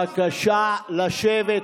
לא מתנצל, בבקשה לשבת.